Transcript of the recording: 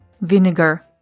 vinegar